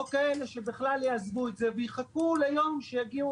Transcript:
או כאלה שבכלל יעזבו את זה ויחכו ליום שיגיעו